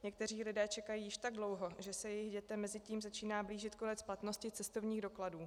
Někteří lidé čekají již tak dlouho, že se jejich dětem mezitím začíná blížit konec platnosti cestovních dokladů.